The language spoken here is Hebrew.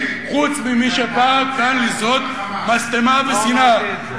חוץ ממי שבא כאן לזרות משטמה ושנאה,